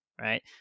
right